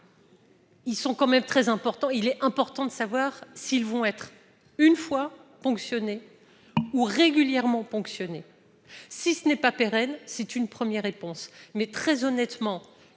Ils sont quand même très important, il est important de savoir s'ils vont être une fois ponctionner ou régulièrement ponctionné, si ce n'est pas pérenne, c'est une première réponse mais très honnêtement,